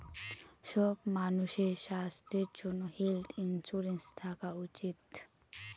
সব মানুষের স্বাস্থ্যর জন্য হেলথ ইন্সুরেন্স থাকা উচিত